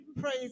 Praise